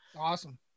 awesome